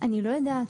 אני לא יודעת.